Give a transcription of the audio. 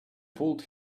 pulled